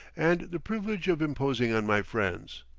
and the privilege of imposing on my friends.